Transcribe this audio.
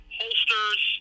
holsters